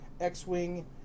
X-Wing